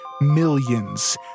millions